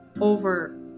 over